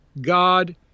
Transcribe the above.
God